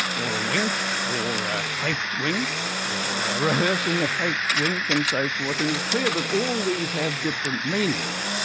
or a wink, or a faked wink, or rehearsing a faked wink and so forth, and it's clear that all these have different meanings.